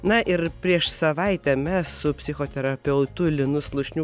na ir prieš savaitę mes su psichoterapeutu linu slušniu